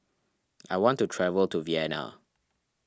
I want to travel to Vienna